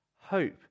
hope